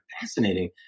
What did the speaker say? fascinating